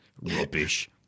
Rubbish